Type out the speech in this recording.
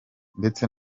ndetse